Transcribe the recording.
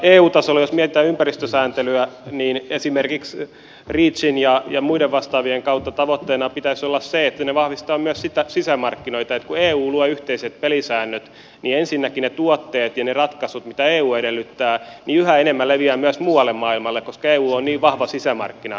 eu tasolla jos mietitään ympäristösääntelyä esimerkiksi reachin ja muiden vastaavien kautta tavoitteena pitäisi olla se että ne vahvistavat myös sisämarkkinoita ja että kun eu luo yhteiset pelisäännöt niin ensinnäkin ne tuotteet ja ratkaisut mitä eu edellyttää yhä enemmän leviävät myös muualle maailmalle koska eu on niin vahva sisämarkkina